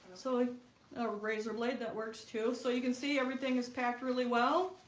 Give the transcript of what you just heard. so a razor blade that works too. so you can see everything is packed really well